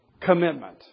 commitment